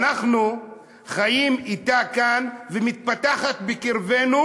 אנחנו חיים אתה כאן והיא מתפתחת בקרבנו,